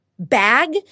bag